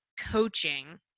coaching